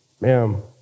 ma'am